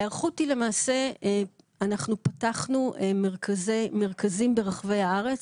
אנחנו למעשה פתחנו מרכזים ברחבי הארץ,